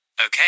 Okay